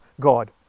God